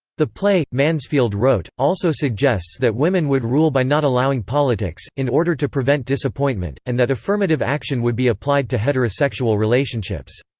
the play, mansfield wrote, also suggests that women would rule by not allowing politics, in order to prevent disappointment, and that affirmative action would be applied to heterosexual relationships.